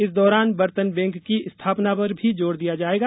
इस दौरान बर्तन बैंक की स्थापना पर भी जोर दिया जायेगा